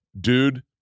Dude